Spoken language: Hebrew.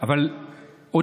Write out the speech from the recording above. אבל למה